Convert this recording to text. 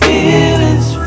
Feelings